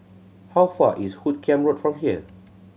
how far is Hoot Kiam Road from here